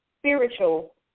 spiritual